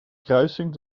kruising